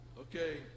Okay